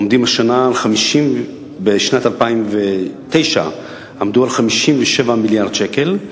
עמדו בשנת 2009 על 57 מיליארד שקל.